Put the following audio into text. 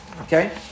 Okay